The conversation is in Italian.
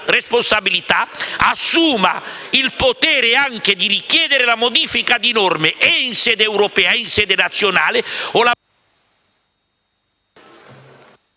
responsabilità, assuma il potere anche di richiedere la modifica di norme in sede europea e nazionale o la